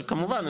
אבל כמובן,